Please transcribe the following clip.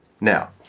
Now